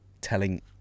telling